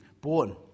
born